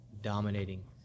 dominating –